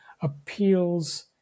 appeals